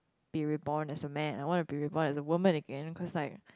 be reborn as a man I want to be reborn as a woman again cause like